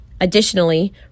Additionally